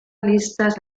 listas